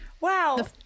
Wow